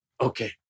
Okay